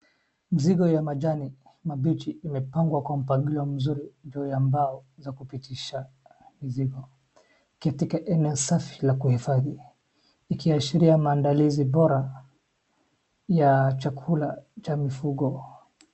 Mzigo ya majani mabichi imepangwa kwa mpangilio mzuri juu ya mbao za kupitisha mzigo. katika eneo safi la kuhifadhi ikiashiria maandalizi bora ya chakula cha mifugo.